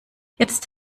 jetzt